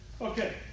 Okay